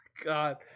God